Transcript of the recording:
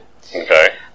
Okay